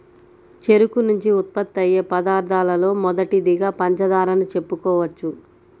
చెరుకు నుంచి ఉత్పత్తయ్యే పదార్థాలలో మొదటిదిగా పంచదారను చెప్పుకోవచ్చు